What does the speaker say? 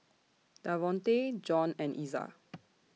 Davonte John and Iza